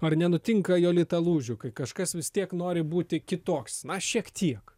ar nenutinka jolita lūžių kai kažkas vis tiek nori būti kitoks na šiek tiek